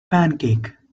pancake